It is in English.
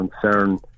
concern